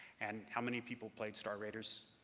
and how many people played star raiders?